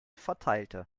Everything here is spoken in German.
verteilte